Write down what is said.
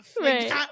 Right